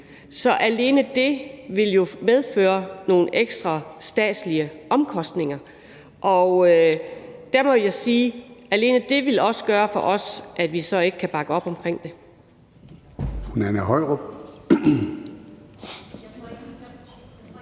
Så alene det vil jo medføre nogle ekstra statslige omkostninger. Der må jeg sige, at alene det også ville gøre for os, at vi så ikke kan bakke op omkring det.